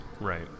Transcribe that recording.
right